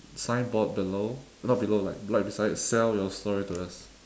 signboard below not below like right beside sell your story to us